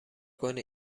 کنی